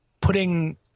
putting